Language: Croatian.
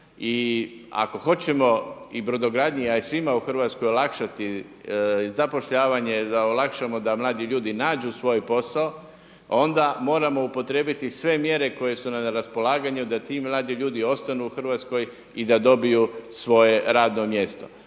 i ako hoćemo i brodogradnji, a i svima u Hrvatskoj olakšati zapošljavanje da olakšamo da mladi ljudi nađu svoj posao onda moramo upotrijebiti sve mjere koje su nam na raspolaganju da ti mladi ljudi ostanu u Hrvatskoj i da dobiju svoje radno mjesto.